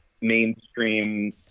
mainstream